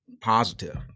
positive